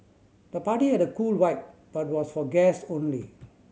the party had a cool vibe but was for guests only